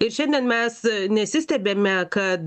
ir šiandien mes nesistebime kad